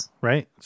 right